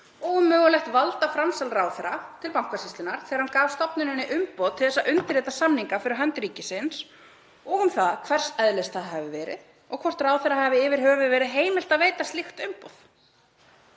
og um mögulegt valdframsal ráðherra til Bankasýslunnar þegar hann gaf stofnuninni umboð til að undirrita samninga fyrir hönd ríkisins og um það hvers eðlis það hafi verið og hvort ráðherra hafi yfirleitt verið heimilt að veita slíkt umboð.